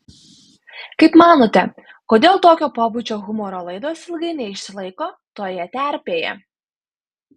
kaip manote kodėl tokio pobūdžio humoro laidos ilgai neišsilaiko toje terpėje